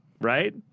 right